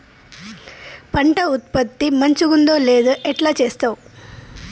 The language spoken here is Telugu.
పంట ఉత్పత్తి మంచిగుందో లేదో ఎట్లా చెప్తవ్?